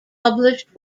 published